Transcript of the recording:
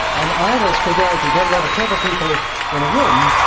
and i always figure if you get a lot of clever people in a room,